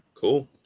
cool